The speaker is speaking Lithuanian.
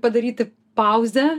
padaryti pauzę